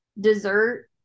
dessert